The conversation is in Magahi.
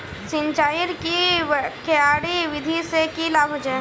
सिंचाईर की क्यारी विधि से की लाभ होचे?